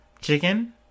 chicken